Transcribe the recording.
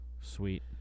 Sweet